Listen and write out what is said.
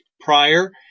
prior